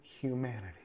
humanity